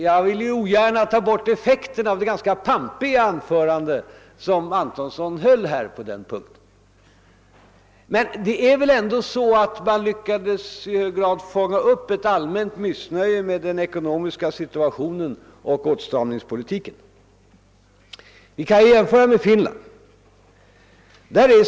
Jag vill ogärna förta effekten av herr Antonssons ganska pampiga anförande i detta avseende, men det är väl ändå så att centern i hög grad lyckats fånga upp ett allmänt missnöje med den ekonomiska situationen och med åtstramningspolitiken. Låt mig göra en jämförelse med situationen i Finland.